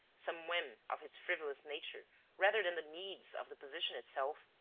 some whim of his frivolous nature rather than the needs of the position itself,